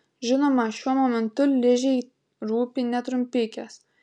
žinoma šiuo momentu ližei rūpi ne trumpikės